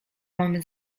mamy